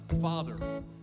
Father